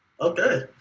Okay